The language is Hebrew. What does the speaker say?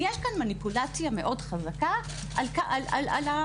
יש כאן מניפולציה מאוד חזקה על קהל הנשים.